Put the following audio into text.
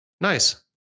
Nice